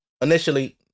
Initially